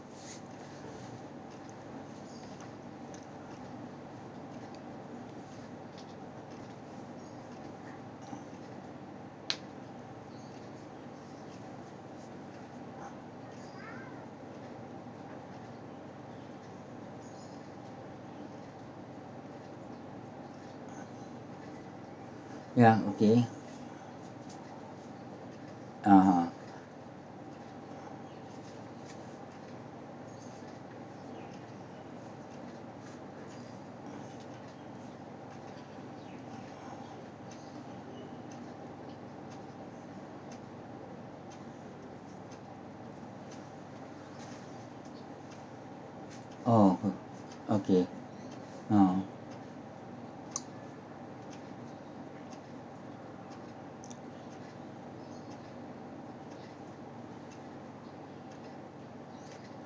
yeah okay (uh huh) oh oh okay ah